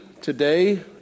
today